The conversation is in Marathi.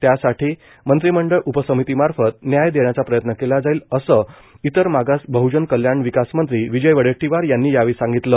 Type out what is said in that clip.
त्यासाठी मंत्रिमंडळ उपसमितीमार्फत न्याय देण्याचा प्रयत्न केला जाईल असं इतर मागास बहजन कल्याण विकास मंत्री विजय वडेट्टीवार यांनी यावेळी सांगितलं